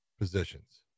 positions